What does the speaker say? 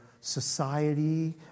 society